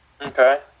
Okay